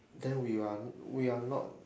then we are we are not